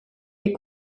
est